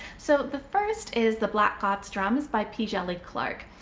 so the first is the black god's drums by p. djeli clark.